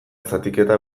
zatiketa